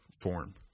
form